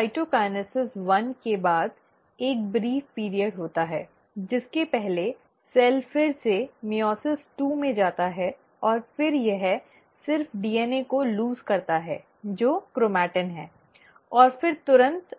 cytokinesis एक के बाद एक संक्षिप्त अवधि होती है जिसके पहले सेल फिर से मइओसिस दो में जाता है और फिर यह सिर्फ डीएनए को ढीला करता है जो क्रोमेटिन है और फिर तुरंत